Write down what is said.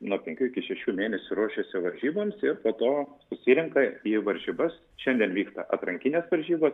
nuo penkių iki šešių mėnesių ruošiasi varžybomsir po to susirenka į varžybas šiandien vyksta atrankinės varžybos